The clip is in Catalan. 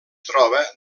troba